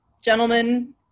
gentlemen